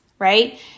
Right